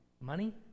money